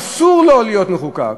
אסור לו להיות מחוקק.